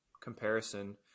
comparison